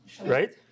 right